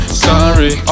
sorry